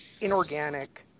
inorganic